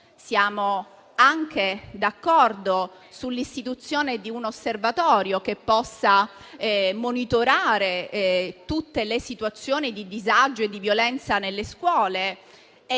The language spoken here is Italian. Siamo anche d'accordo sull'istituzione di un osservatorio che possa monitorare tutte le situazioni di disagio e di violenza nelle scuole,